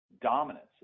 dominance